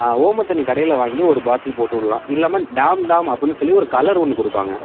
ஆ ஓம தண்ணி கடையில் வாங்கி ஒரு பாட்டில் போட்டு விட்லாம் இல்லாமல் டாம் டாம் அப்புடின்னு சொல்லி ஒரு கலர் ஒன்றுக் கொடுப்பாங்க